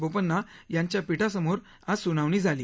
बोपण्णा यांच्या पीठासमोर आज स्नावणी झाली